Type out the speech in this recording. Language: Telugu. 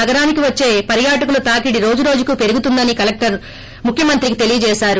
నగరానికి వచ్చే పర్యాటకుల తాకిడి రోజు రోజుకూ పెరుగుతుందని కలెక్టర్ ముఖ్యమంత్రికి తెలియజేశారు